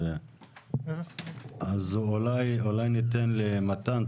אז אולי ניתן למתן.